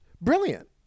brilliant